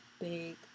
big